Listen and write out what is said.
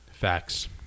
Facts